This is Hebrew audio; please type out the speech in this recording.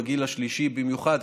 בגיל השלישי במיוחד,